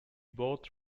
both